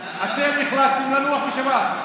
שלכם, אתם החלטתם לנוח בשבת.